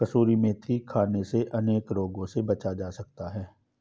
कसूरी मेथी खाने से अनेक रोगों से बचा जा सकता है